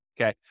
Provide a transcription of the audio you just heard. okay